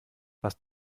was